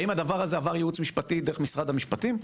האם הדבר הזה עבר ייעוץ משפטי דרך משרד המשפטים?